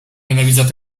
nienawidzę